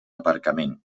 aparcament